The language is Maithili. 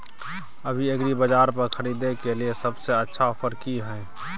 अभी एग्रीबाजार पर खरीदय के लिये सबसे अच्छा ऑफर की हय?